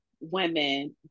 women